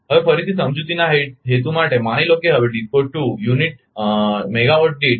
હવે ફરીથી સમજૂતીના હેતુ માટે માની લો કે હવે DISCO 2 યુનિટ મેગાવાટ દીઠ 0